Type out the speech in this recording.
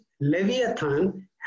Leviathan